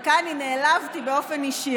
וכאן נעלבתי באופן אישי,